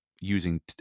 using